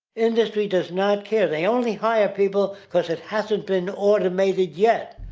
industry does not care. they only hire people because it hasn't been automated yet.